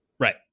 Right